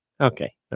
okay